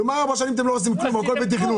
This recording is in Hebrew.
כלומר, ארבע שנים אתם לא עושים כלום, הכול בתכנון.